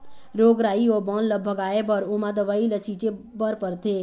रोग राई अउ बन ल भगाए बर ओमा दवई ल छिंचे बर परथे